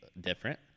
different